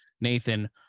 Nathan